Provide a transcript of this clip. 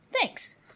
Thanks